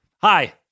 Hi